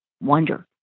wonder